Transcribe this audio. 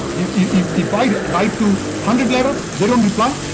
yeah if if i write to hundred letters, they don't reply.